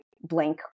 blank